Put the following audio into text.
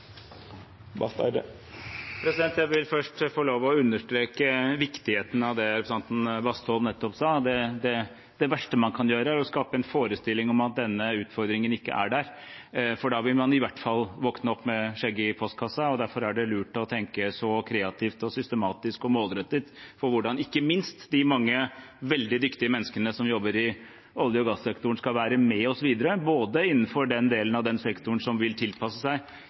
Jeg vil først få lov til å understreke viktigheten av det representanten Bastholm nettopp sa. Det verste man kan gjøre, er å skape en forestilling om at denne utfordringen ikke er der, for da vil man i hvert fall våkne opp med skjegget i postkassa. Derfor er det lurt å tenke kreativt, systematisk og målrettet på hvordan ikke minst de mange veldig dyktige menneskene som jobber i olje- og gassektoren, skal være med oss videre, både innenfor den delen av den sektoren som vil tilpasse seg